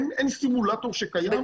אין סימולטור שקיים שככה פותחים בטן.